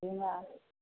सिँघार